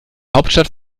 hauptstadt